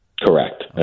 Correct